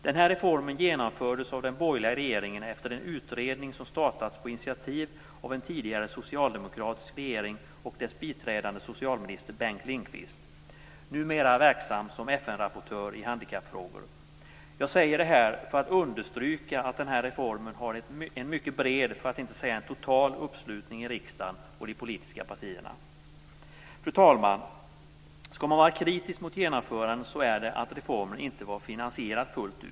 Den här reformen genomfördes av den borgerliga regeringen efter en utredning som startats på initiativ av en tidigare socialdemokratisk regering och dess biträdande socialminister Bengt Lindqvist, numera verksam som FN-rapportör i handikappfrågor. Jag säger detta för att understryka att den här reformen har en mycket bred för att inte säga en total uppslutning i riksdagen och i de politiska partierna. Fru talman! Skall man vara kritisk mot något i genomförandet är det att reformen inte var finansierad fullt ut.